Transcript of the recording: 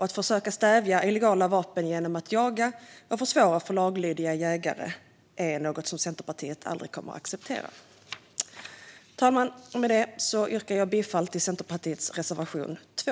Försök att stävja illegala vapen genom att jaga och försvåra för laglydiga jägare är någonting som Centerpartiet aldrig kommer att acceptera. Med det yrkar jag bifall till Centerpartiets reservation nr 2.